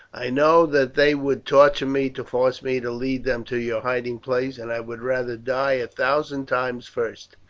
i know that they would torture me to force me to lead them to your hiding place, and i would rather die a thousand times first.